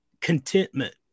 contentment